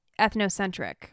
ethnocentric